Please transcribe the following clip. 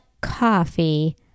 coffee